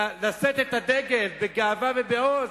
לשאת את הדגל בגאווה ובעוז.